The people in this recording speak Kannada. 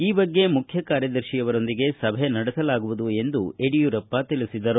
ಈ ಬಗ್ಗೆ ಮುಖ್ಯ ಕಾರ್ಯದರ್ಶಿಯೊಂದಿಗೆ ಸಭೆ ನಡೆಸಲಾಗುವುದು ಎಂದು ಅವರು ಹೇಳಿದರು